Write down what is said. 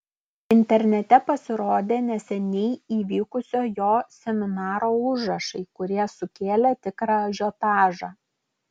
internete pasirodė neseniai įvykusio jo seminaro užrašai kurie sukėlė tikrą ažiotažą